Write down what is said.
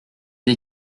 des